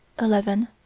eleven